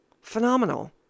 phenomenal